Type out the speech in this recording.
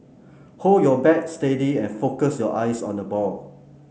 hold your bat steady and focus your eyes on the ball